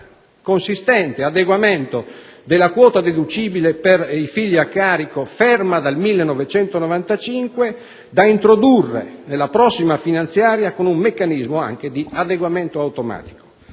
consistente adeguamento della quota deducibile per i figli a carico (ferma dal 1995), da introdurre nella prossima finanziaria con un meccanismo di adeguamento automatico.